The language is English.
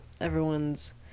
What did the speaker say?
everyone's